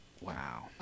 Wow